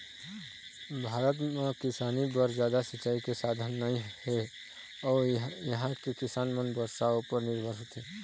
भारत म किसानी बर जादा सिंचई के साधन नइ हे अउ इहां के किसान मन बरसा उपर निरभर होथे